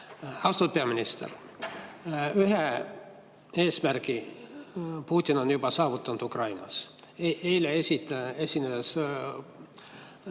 Austatud peaminister! Ühe eesmärgi Putin on juba saavutanud Ukrainas. Eile, esinedes